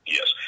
Yes